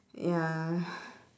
ya